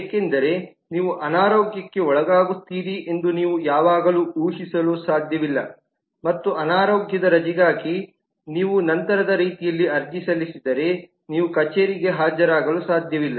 ಏಕೆಂದರೆ ನೀವು ಅನಾರೋಗ್ಯಕ್ಕೆ ಒಳಗಾಗುತ್ತೀರಿ ಎಂದು ನೀವು ಯಾವಾಗಲೂ ಊಹಿಸಲು ಸಾಧ್ಯವಿಲ್ಲ ಮತ್ತು ಅನಾರೋಗ್ಯದ ರಜೆಗಾಗಿ ನೀವು ನಂತರದ ರೀತಿಯಲ್ಲಿ ಅರ್ಜಿ ಸಲ್ಲಿಸಿದರೆ ನೀವು ಕಚೇರಿಗೆ ಹಾಜರಾಗಲು ಸಾಧ್ಯವಿಲ್ಲ